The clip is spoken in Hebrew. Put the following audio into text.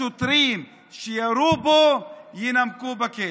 השוטרים שירו בו, יימקו בכלא.